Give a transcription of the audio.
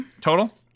Total